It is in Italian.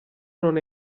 non